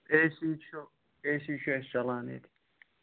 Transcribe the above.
A C چھُ A C چھُ اَسہِ چَلان ییٚتہِ